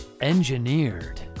Engineered